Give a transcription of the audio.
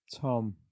Tom